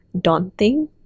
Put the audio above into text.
daunting